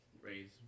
raise